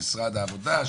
במשרד העבודה,